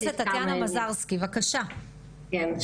אני רוצה